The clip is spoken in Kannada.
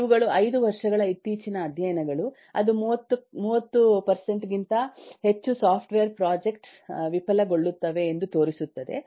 ಇವುಗಳು 5 ವರ್ಷಗಳ ಇತ್ತೀಚಿನ ಅಧ್ಯಯನಗಳು ಅದು 30 ಕ್ಕಿಂತ ಹೆಚ್ಚು ಸಾಫ್ಟ್ವೇರ್ ಪ್ರಾಜೆಕ್ಟ್ಸ್ ವಿಫಲಗೊಳ್ಳುತ್ತವೆ ಎಂದು ತೋರಿಸುತ್ತದೆ